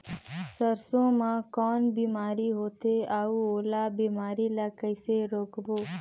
सरसो मा कौन बीमारी होथे अउ ओला बीमारी ला कइसे रोकबो?